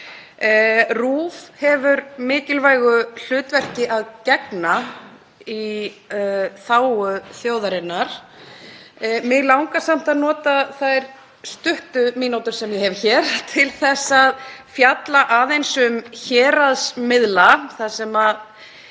RÚV hefur mikilvægu hlutverki að gegna í þágu þjóðarinnar. Mig langar samt að nota þær fáu mínútur sem ég hef hér til að fjalla aðeins um héraðsmiðla þar sem í